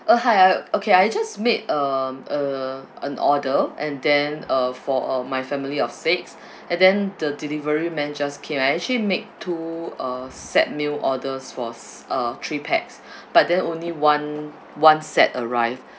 uh hi I okay I just made um a an order and then uh for uh my family of six and then the delivery man just came I actually make two uh set meal orders for s~ uh three pax but then only one one set arrived